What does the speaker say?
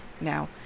Now